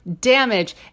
damage